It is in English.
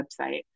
website